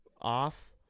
off